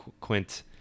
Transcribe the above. Quint